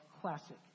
classic